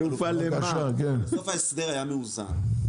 בסוף ההסדר היה מאוזן,